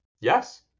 Yes